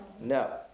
No